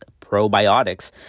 probiotics